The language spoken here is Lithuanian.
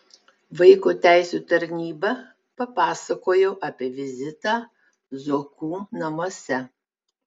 vaiko teisių tarnyba papasakojo apie vizitą zuokų namuose